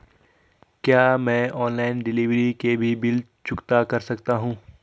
क्या मैं online delivery के भी बिल चुकता कर सकता हूँ?